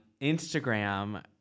Instagram